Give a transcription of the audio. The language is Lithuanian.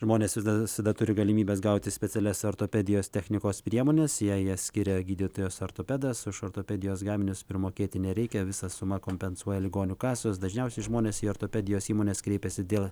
žmonės vis da visada turi galimybes gauti specialias ortopedijos technikos priemones jei jas skiria gydytojas ortopedas už ortopedijos gaminius primokėti nereikia visą sumą kompensuoja ligonių kasos dažniausiai žmonės į ortopedijos įmonės kreipiasi dėl